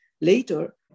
later